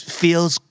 feels